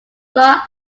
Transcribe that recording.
thaw